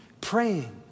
praying